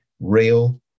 real